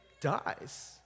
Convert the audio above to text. dies